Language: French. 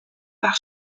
par